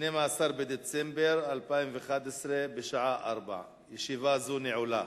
12 בדצמבר 2011, בשעה 16:00. ישיבה זו נעולה.